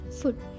Food